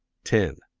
ten.